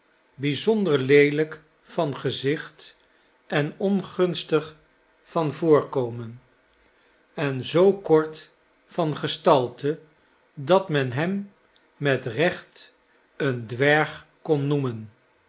bijzonder leelijk van gezicht en ongunstig van voorkomen en zoo kort van gestalte dat men hem met recht een dwerg kon noemen